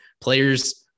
players